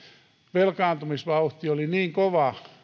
velkaantumisvauhti oli niin kova